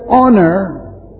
honor